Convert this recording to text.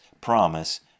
promise